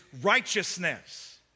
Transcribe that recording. righteousness